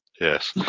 Yes